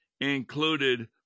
included